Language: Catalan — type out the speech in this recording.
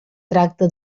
tracta